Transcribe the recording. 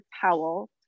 Powell